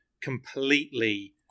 completely